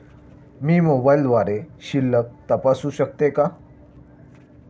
मी मोबाइलद्वारे शिल्लक तपासू शकते का?